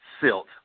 silt